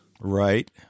right